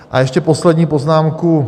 A ještě poslední poznámku.